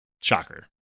Shocker